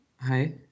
Hi